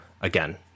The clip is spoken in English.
again